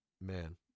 Man